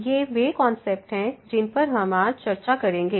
ये वे कॉन्सेप्ट हैं जिन पर हम आज चर्चा करेंगे